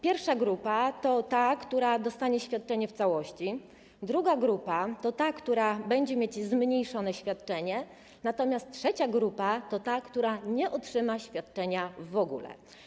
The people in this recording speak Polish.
Pierwsza grupa to ta, która dostanie świadczenie w całości, druga grupa to ta, która będzie mieć zmniejszone świadczenie, natomiast trzecia grupa to ta, która nie otrzyma świadczenia w ogóle.